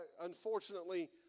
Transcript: unfortunately